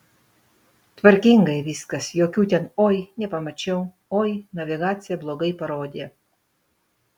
tvarkingai viskas jokių ten oi nepamačiau oi navigacija blogai parodė